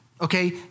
Okay